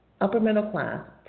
upper-middle-class